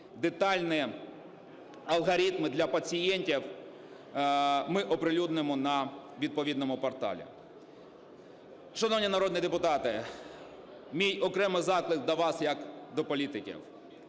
Детальні алгоритми для пацієнтів ми оприлюднимо на відповідному порталі. Шановні народні депутати, мій окремий заклик до вас як до політиків: